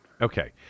Okay